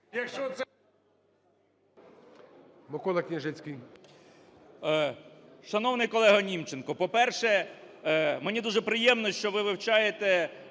Шановний колегоНімченко, по-перше, мені дуже приємно, що ви вивчаєте